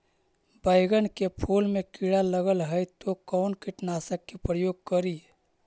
बैगन के फुल मे कीड़ा लगल है तो कौन कीटनाशक के प्रयोग करि?